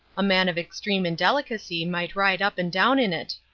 a man of extreme indelicacy might ride up and down in it.